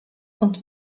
und